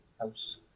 house